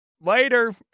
Later